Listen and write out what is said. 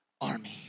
army